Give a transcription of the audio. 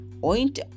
Point